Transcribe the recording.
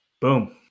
boom